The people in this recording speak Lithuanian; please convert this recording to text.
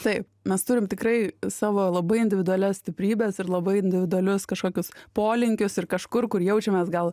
taip mes turim tikrai savo labai individualias stiprybes ir labai individualius kažkokius polinkius ir kažkur kur jaučiamės gal